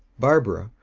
barbara,